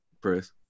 Press